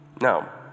Now